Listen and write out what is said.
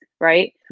right